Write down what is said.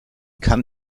kann